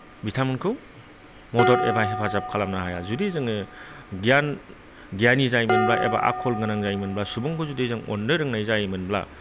बिथांमोनखौ मदद एबा हेफाजाब खालामनो हाया जुदि जोङो गियान गियानि जायोमोनब्ला एबा आखल गोनां जायोमोनबा सुबुंखौ जुदि जों अननो रोंनाय जायोमोनब्ला